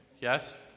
Yes